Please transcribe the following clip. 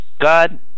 God